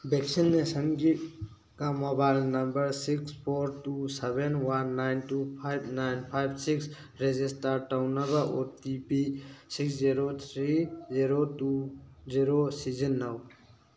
ꯚꯦꯛꯁꯤꯅꯦꯁꯟꯒꯤ mobile number six four two seven one nine two five nine five six register ꯇꯧꯅꯕ O T P six zero three zero two zero ꯁꯤꯖꯤꯟꯅꯧ